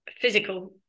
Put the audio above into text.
physical